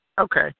Okay